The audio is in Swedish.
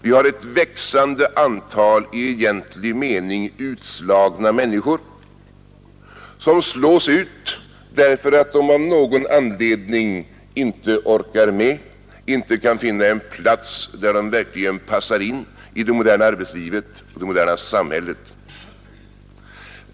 Vi har ett växande antal i egentlig mening utslagna människor, som slås ut därför att de av någon anledning inte orkar med, inte kan finna en plats där de verkligen passar in i det moderna arbetslivet, i det moderna samhället.